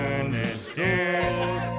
understood